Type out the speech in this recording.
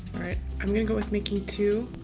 alright i'm gonna go with making two.